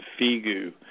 FIGU